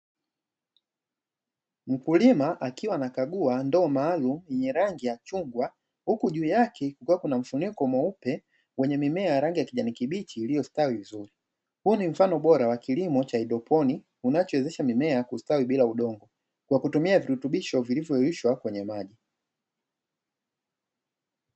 Mkulima akiwa anakagua ndoo maalumu yenye rangi ya chungwa, huku juu yake kuna mfuniko mweupe wenye mimea ya rangi ya kijani kibichi iliyostawi vizuri. Huu ni mfumo bora wa kilimo cha haidroponi, unachowezesha mimea kustawi bila udongo, kwa kutumia virutubisho vilivyoyeyushwa kwenye maji.